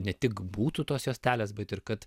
ne tik būtų tos juostelės bet ir kad